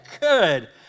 Good